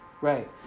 right